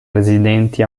residenti